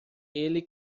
ele